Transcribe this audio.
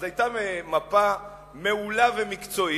אז היתה מפה מעולה ומקצועית,